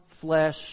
flesh